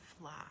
fly